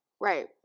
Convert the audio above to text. right